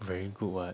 very good what